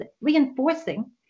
reinforcing